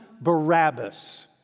Barabbas